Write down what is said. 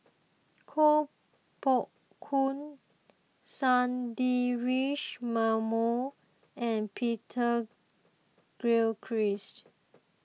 Koh Poh Koon Sundaresh Menon and Peter Gilchrist